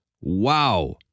Wow